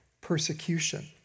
persecution